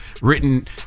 written